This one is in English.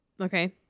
Okay